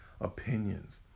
opinions